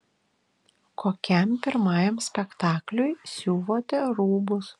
kokiam pirmajam spektakliui siuvote rūbus